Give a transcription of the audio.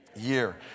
year